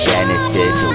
Genesis